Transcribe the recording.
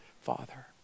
father